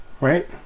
Right